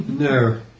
No